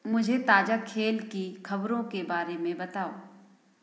मुझे ताज़ा खेल की खबरों के बारे में बताओ